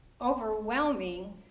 overwhelming